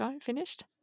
finished